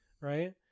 right